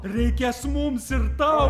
reikės mums ir tau